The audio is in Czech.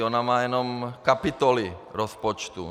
Ona má jen kapitoly rozpočtu.